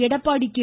Edappadi K